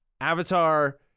Avatar